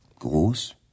groß